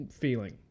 feeling